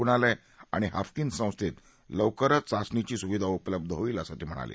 रुग्णालय आणि हाफकिन संस्थेत लवकरच चाचणीची सुविधा उपलब्ध होईल असं ते म्हणाले